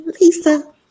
Lisa